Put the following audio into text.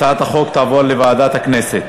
הצעת החוק תעבור לוועדת הכנסת.